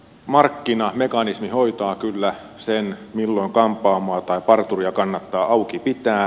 markkinamekanismi hoitaa kyllä sen milloin kampaamoa tai parturia kannattaa auki pitää